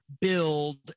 build